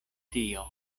tio